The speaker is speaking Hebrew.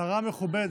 שרה מכובדת.